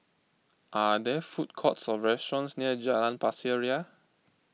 are there food courts or restaurants near Jalan Pasir Ria